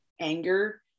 anger